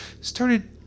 started